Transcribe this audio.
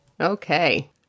Okay